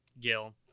Gil